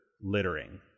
littering